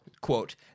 Quote